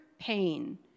Pain